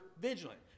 vigilant